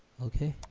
okay,